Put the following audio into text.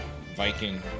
Viking